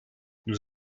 nous